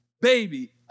baby